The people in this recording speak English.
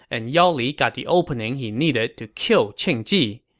and yao li got the opening he needed to kill qing ji.